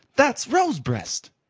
that's rosebreast.